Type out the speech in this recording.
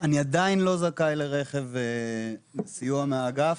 אני עדיין לא זכאי לרכב וסיוע מהאגף.